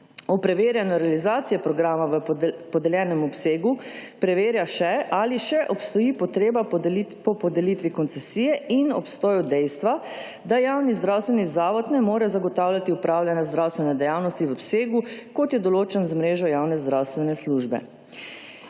preverjanju realizacije programa v podeljenem obsegu preverja še, ali še obstoji potreba po podelitvi koncesije in obstoju dejstva, da javni zdravstveni zavod ne more zagotavljati upravljanja zdravstvene dejavnosti v obsegu kot je določen z mrežo javne zdravstvene službe.